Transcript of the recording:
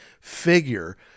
figure